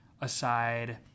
aside